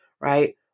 right